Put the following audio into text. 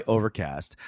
Overcast